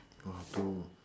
ah doh